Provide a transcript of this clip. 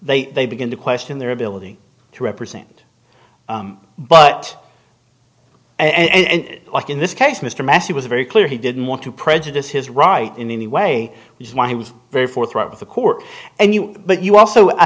they they begin to question their ability to represent but and like in this case mr massey was very clear he didn't want to prejudice his right in any way which is why he was very forthright with the court and you but you also i